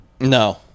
No